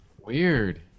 Weird